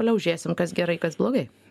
toliau žiūrėsim kas gerai kas blogai